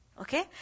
Okay